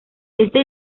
este